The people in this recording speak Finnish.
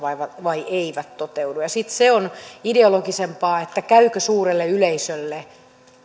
vai eivätkö toteudu ja sitten se on ideologisempaa käyvätkö suurelle yleisölle